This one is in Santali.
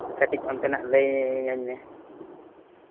ᱠᱟᱹᱴᱤᱡ ᱚᱱᱛᱮᱱᱟᱜ ᱞᱟᱹᱭᱟᱹᱧ ᱢᱮ